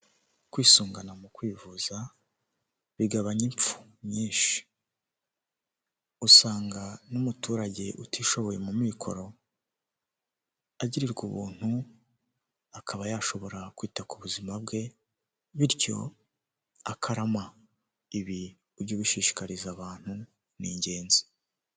Kwisungana mu kwivuza, bigabanya impfu nyinshi. Usanga n'umuturage utishoboye mu mikoro, agirirwa ubuntu, akaba yashobora kwita ku buzima bwe bityo akarama. Ibi ujye gushishikariza abantu, ni ingenzi.